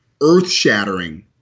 earth-shattering